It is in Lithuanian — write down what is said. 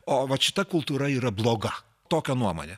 o vat šita kultūra yra bloga tokia nuomonė